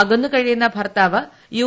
അകന്നു കഴിയുന്ന ഭർത്താവ് യു